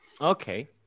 Okay